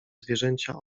zwierzęcia